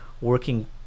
working